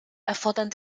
erfordern